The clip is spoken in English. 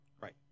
right